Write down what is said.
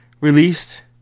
released